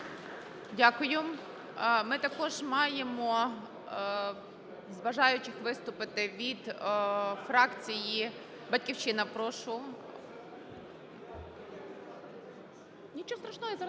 Дякую. Ми також маємо з бажаючих виступити від фракції "Батьківщина", прошу. Нічого страшного,